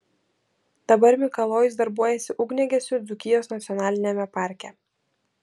dabar mikalojus darbuojasi ugniagesiu dzūkijos nacionaliniame parke